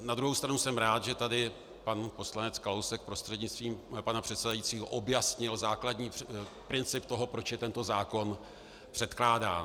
Na druhou stranu jsem rád, že tady pan poslanec Kalousek, prostřednictvím pana předsedajícího, objasnil princip toho, proč je tento zákon předkládán.